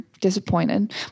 disappointed